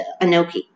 Anoki